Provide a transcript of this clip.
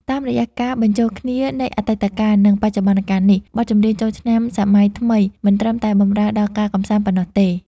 តាមរយៈការបញ្ចូលគ្នានៃអតីតកាល និងបច្ចុប្បន្នកាលនេះ បទចម្រៀងចូលឆ្នាំសម័យថ្មីមិនត្រឹមតែបម្រើដល់ការកម្សាន្តប៉ុណ្ណោះទេ។